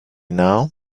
now